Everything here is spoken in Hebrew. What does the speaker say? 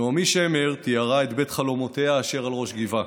נעמי שמר תיארה את בית חלומותיה אשר על ראש גבעה.